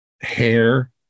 hair